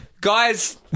Guys